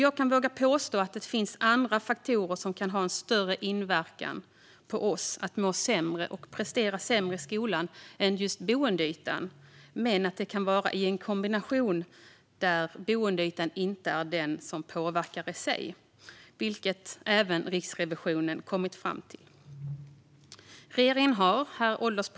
Jag vågar påstå att det finns andra faktorer som kan ha större inverkan på oss, så att vi mår sämre och presterar sämre i skolan, än just boendeytan. Men det kan handla om en kombination där boendeytan, inte är det som påverkar i sig, vilket även Riksrevisionen har kommit fram till. Herr ålderspresident!